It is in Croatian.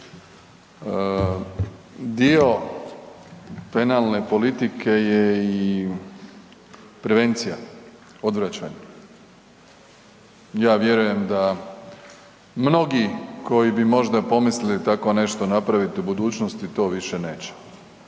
dio penalne politike je i prevencija, odvraćanje. Ja vjerujem da mnogi koji bi možda pomislili tako nešto napraviti u budućnosti to više neće